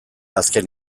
azken